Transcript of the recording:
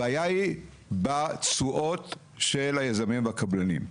הבעיה היא בתשואות של היזמים והקבלנים.